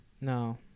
No